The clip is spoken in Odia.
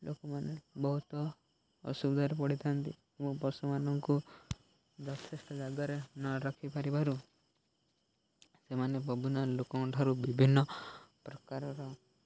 ଲୋକମାନେ ବହୁତ ଅସୁବିଧାରେ ପଡ଼ିଥାନ୍ତି ଓ ପଶୁମାନଙ୍କୁ ଯଥେଷ୍ଟ ଜାଗାରେ ନ ରଖିପାରିବାରୁ ସେମାନେ ବିଭିନ୍ନ ଲୋକଙ୍କଠାରୁ ବିଭିନ୍ନପ୍ରକାରର